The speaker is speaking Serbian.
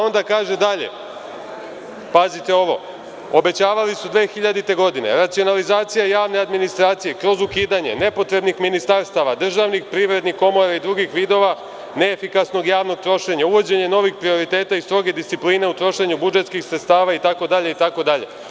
Onda kaže dalje, pazite ovo – obećavali su 2000. godine, racionalizacija javne administracije kroz ukidanje nepotrebnih ministarstava, državnih privrednih komora i drugih vidova neefikasnog javnog trošenja, uvođenje novih prioriteta i stroge discipline u trošenju budžetskih sredstava, itd, itd.